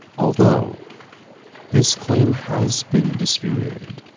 although this claim has been disputed.